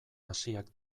hasiak